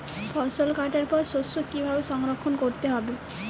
ফসল কাটার পর শস্য কীভাবে সংরক্ষণ করতে হবে?